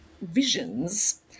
visions